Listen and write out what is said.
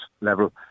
level